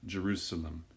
Jerusalem